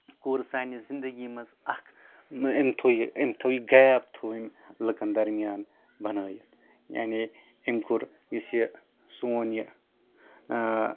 کوٚر سانہِ زنٛدگی منٛز اکھ أمۍ تھٲو یہِ أمۍ تھٲو یہِ گیپ تھٲو أمۍ لُکن درمِیان بَنٲیِتھ یعنے أمۍ کوٚر یُس یہِ سون یہِ